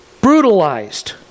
brutalized